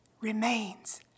remains